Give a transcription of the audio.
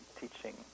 teaching